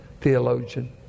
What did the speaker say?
theologian